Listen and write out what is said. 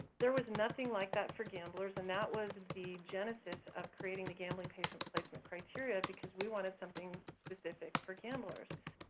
there was nothing like that for gamblers and that was the genesis of creating the gambling patient placement criteria because we wanted something specific for gamblers,